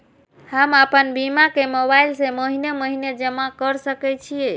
हम आपन बीमा के मोबाईल से महीने महीने जमा कर सके छिये?